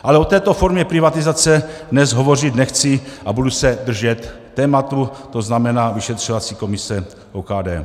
Ale o této formě privatizace dnes hovořit nechci a budu se držet tématu, to znamená vyšetřovací komise OKD.